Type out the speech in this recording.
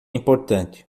importante